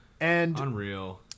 Unreal